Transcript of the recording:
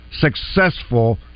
successful